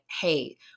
hey